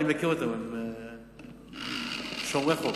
אני מכיר אותם, הם שומרי חוק.